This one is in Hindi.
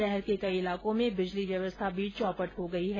शहर के कई इलाकों में बिजली व्यवस्था भी चौपट हो गई है